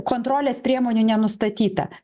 kontrolės priemonių nenustatyta